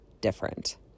different